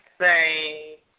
say